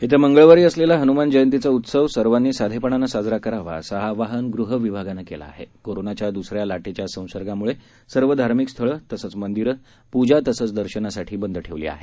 येत्या मंगळवारी असलेला हन्मान जयंतीचा उत्सव सर्वांनी साधेपणानं साजरा करावा साजरा करावा असं आवाहन गृह विभागानं केलं आहे कोरोनाच्या द्रसऱ्या लाटेच्या संसर्गामुळे सर्व धार्मिक स्थळे तसंच मंदिर पूजा तसेच दर्शनासाठी बंद ठेवली आहेत